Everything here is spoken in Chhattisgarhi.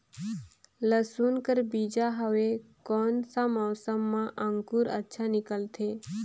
लसुन कर बीजा हवे कोन सा मौसम मां अंकुर अच्छा निकलथे?